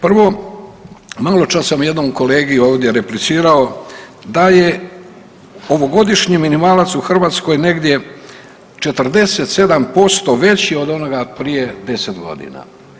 Prvo, maločas sam jednom kolegi ovdje replicirao da je ovogodišnji minimalac u Hrvatskoj negdje 47% veći od onoga prije 10 godina.